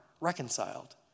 reconciled